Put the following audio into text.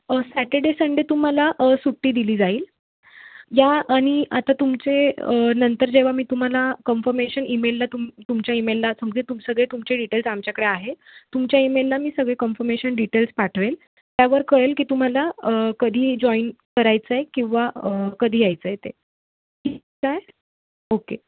Saturday Sunday तुम्हाला सुट्टी दिली जाईल या आणि आता तुमचे नंतर जेव्हा मी तुम्हाला कन्फमेशन ईमेलला तुम तुमच्या ईमेलला समजे तुम सगळे तुमचे डिटेल्स आमच्याकडे आहेत तुमच्या ईमेलला मी सगळे कन्फमेशन डिटेल्स पाठवेन त्यावर कळेल की तुम्हाला कधी जॉईन करायचं आहे किंवा कधी यायचं आहे ते ओके